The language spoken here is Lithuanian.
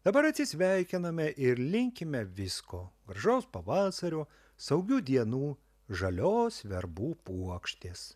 dabar atsisveikiname ir linkime visko gražaus pavasario saugių dienų žalios verbų puokštės